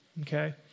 Okay